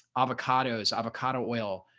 avocados, avocado oil,